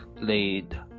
laid